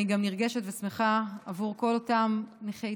אני גם נרגשת ושמחה עבור כל אותם נכי